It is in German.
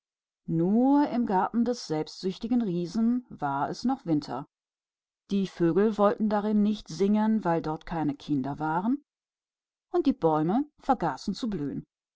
in dem garten des eigensüchtigen riesen blieb es winter die vögel machten sich nichts daraus darin zu singen weil keine kinder da waren und die bäume vergaßen zu blühen